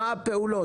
מה הפעולות?